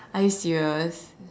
are you serious